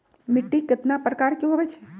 मिट्टी कतना प्रकार के होवैछे?